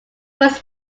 was